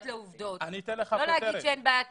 לעובדות ולא להגיד שאין בעיה תקציבית.